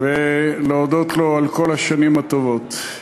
ולהודות לו על כל השנים הטובות.